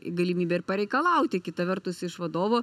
galimybė ir pareikalauti kita vertus iš vadovo